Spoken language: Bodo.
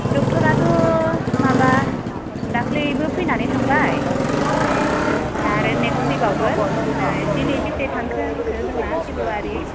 ड'क्टरआथ' माबा दाख्लैबो फैनानै थांबाय ओमफ्राय दा आरो नेक्स्ट फैबावगोन दिनै बेसे थांखो होनखो जोंना फेब्रुवारि